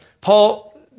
paul